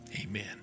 Amen